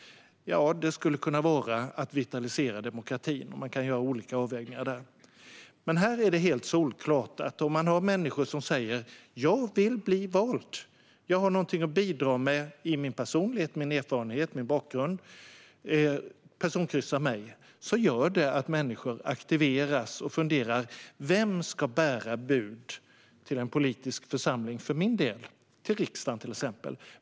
Ja, det skulle kunna vara att vitalisera demokratin. Man kan göra olika avvägningar där. Men här är det helt solklart. Låt oss säga att en människa säger: Jag vill bli vald. Jag har någonting att bidra med - det gäller min personlighet, min erfarenhet och min bakgrund. Personkryssa mig! Då gör det att människor aktiveras och funderar: Vem ska bära bud till en politisk församling för min del, till exempel till riksdagen?